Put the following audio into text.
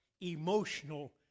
emotional